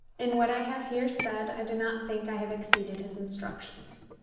in what i have here said i do not think i have exceeded his instructions.